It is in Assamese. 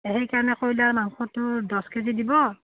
সেইকাৰণে কইলাৰ মাংসটো দছ কেজি দিব